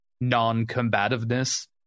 non-combativeness